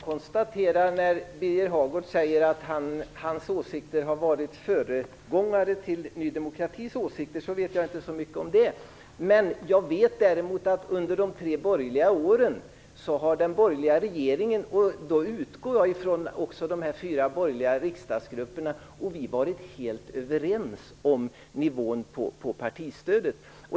Fru talman! Birger Hagård säger att hans åsikter har varit föregångare till Ny demokratis åsikter. Jag vet inte så mycket om det. Jag vet däremot att den borgerliga regeringen under de tre borgerliga åren - jag utgår från att det gäller även de fyra borgerliga riksdagsgrupperna - och vi varit helt överens om nivån på partistödet.